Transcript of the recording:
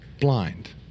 blind